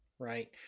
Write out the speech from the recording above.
right